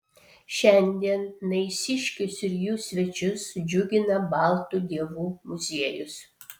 šiandien naisiškius ir jų svečius džiugina baltų dievų muziejus